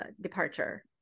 departure